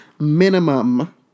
minimum